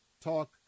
talk